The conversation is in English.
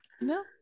no